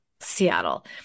Seattle